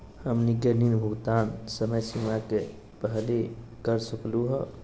हमनी के ऋण भुगतान समय सीमा के पहलही कर सकू हो?